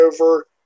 over